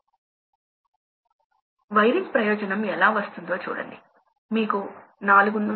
సాధారణంగా ప్రెషర్ ప్రవాహ సంబంధం క్వాడ్రాటిక్